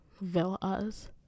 villas